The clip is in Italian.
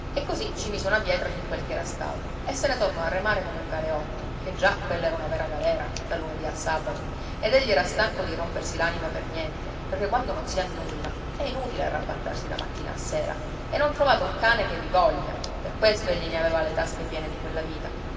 e così ci mise una pietra su quel che era stato e se ne tornò a remare come un galeotto che già quella era una vera galera dal lunedì al sabato ed egli era stanco di rompersi l'anima per niente perché quando non si ha nulla è inutile arrabbattarsi da mattina a sera e non trovate un cane che vi voglia per questo egli ne aveva le tasche piene di quella vita